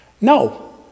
No